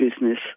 business